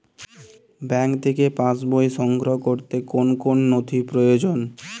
Bank থেকে pass বই সংগ্রহ করতে কোন কোন নথি প্রয়োজন?